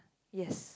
yes